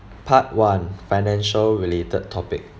part one financial related topic